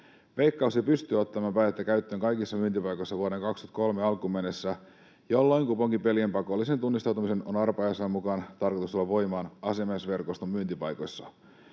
Veikkaus ei pysty ottamaan päätettä käyttöön kaikissa myyntipaikoissa vuoden 23 alkuun mennessä, jolloin kuponkipelien pakollisen tunnistautumisen on arpajaislain mukaan tarkoitus tulla voimaan asiamiesverkoston myyntipaikoissa.